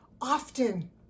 often